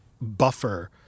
buffer